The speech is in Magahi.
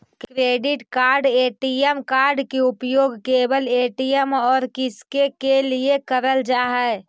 क्रेडिट कार्ड ए.टी.एम कार्ड के उपयोग केवल ए.टी.एम और किसके के लिए करल जा है?